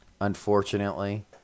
unfortunately